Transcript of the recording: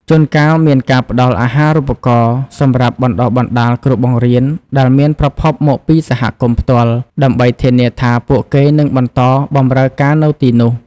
ជួនកាលមានការផ្តល់អាហារូបករណ៍សម្រាប់បណ្តុះបណ្តាលគ្រូបង្រៀនដែលមានប្រភពមកពីសហគមន៍ផ្ទាល់ ដើម្បីធានាថាពួកគេនឹងបន្តបម្រើការនៅទីនោះ។